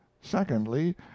secondly